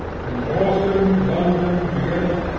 and boston, london, vienna,